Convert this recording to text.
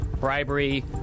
bribery